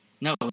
No